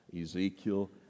Ezekiel